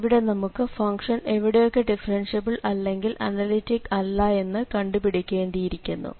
ഇവിടെ നമുക്ക് ഫംഗ്ഷൻ എവിടെയൊക്കെ ഡിഫറൻഷ്യബിൾ അല്ലെങ്കിൽ അനലിറ്റിക് അല്ല എന്ന് കണ്ടുപിടിക്കേണ്ടിയിരിക്കുന്നു